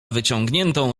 wyciągniętą